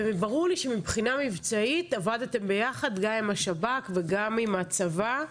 ברור שמבחינה מבצעית עבדתם ביחד עם השב"כ וגם עם הצבא,